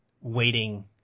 waiting